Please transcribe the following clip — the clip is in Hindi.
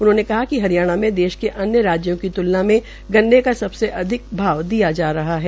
उन्होंने कहा कि हरियाणा में देश के अन्य राज्यों की तुलना में गन्ने का सबसे अधिक भाव दिया जा रहा है